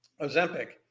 Ozempic